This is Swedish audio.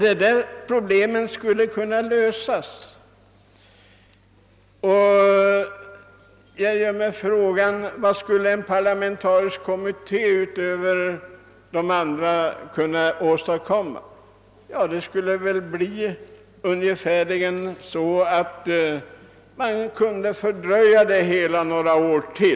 Dessa problem skulle kunna lösas. Jag ställer mig frågan: Vad skulle en parlamentarisk kommitté utöver dem som redan finns kunna åstadkomma? Den skulle kunna fördröja det hela några år till.